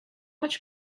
much